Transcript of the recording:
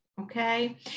Okay